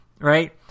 right